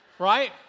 Right